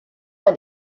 ein